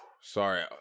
Sorry